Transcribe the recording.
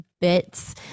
bits